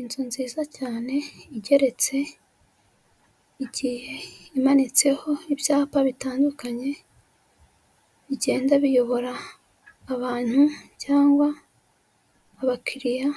Inzu nziza cyane igeretse igiye imanitseho ibyapa bitandukanye bigenda biyobora abantu cyangwa abakiriya